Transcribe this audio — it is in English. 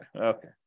Okay